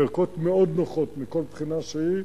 ערכות מאוד נוחות מכל בחינה שהיא,